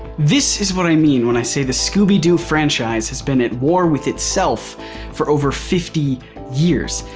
this is what i mean when i say the scooby-doo franchise has been at war with itself for over fifty years.